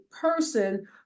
person